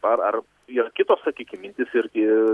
ar ar yra kitos sakykim mintys irgi